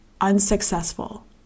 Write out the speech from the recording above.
unsuccessful